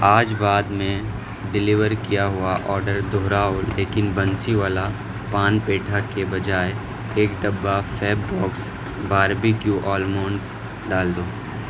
آج بعد میں ڈیلیور کیا ہوا آڈر دہراؤ لیکن بنسی والا پان پیٹھا کے بجائے ایک ڈبہ فیب باکس باربیکیو آلموڈز ڈال دو